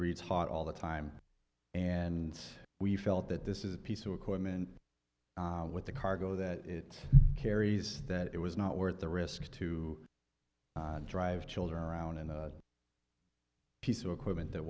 reads hot all the time and we felt that this is a piece of equipment with the cargo that it carries that it was not worth the risk to drive children around in a piece of equipment that